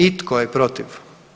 I tko je protiv?